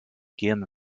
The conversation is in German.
gehen